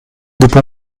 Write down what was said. dopo